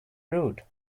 rude